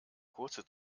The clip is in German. kurze